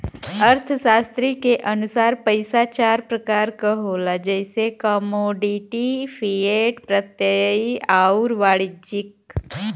अर्थशास्त्री के अनुसार पइसा चार प्रकार क होला जइसे कमोडिटी, फिएट, प्रत्ययी आउर वाणिज्यिक